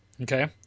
Okay